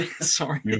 sorry